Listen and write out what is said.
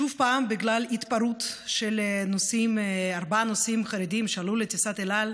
שוב בגלל התפרעות של ארבעה נוסעים חרדים שעלו לטיסת אל על,